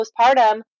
postpartum